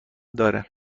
داره